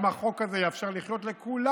גם החוק הזה יאפשר לכולם